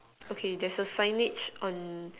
okay there's a signage on